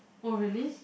oh really